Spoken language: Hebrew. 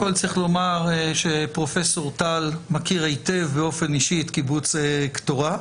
קודם כול צריך לומר שפרופ' טל מכיר היטב באופן אישי את קיבוץ קטורה,